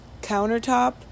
countertop